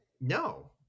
no